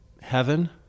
heaven